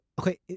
okay